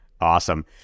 Awesome